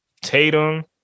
Tatum